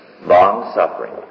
long-suffering